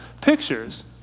pictures